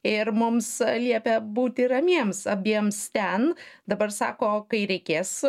ir mums liepia būti ramiems abiems ten dabar sako kai reikės